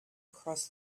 across